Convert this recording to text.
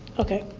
okay,